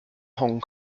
hong